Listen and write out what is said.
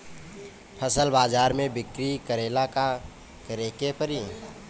फसल बाजार मे बिक्री करेला का करेके परी?